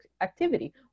activity